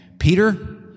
Peter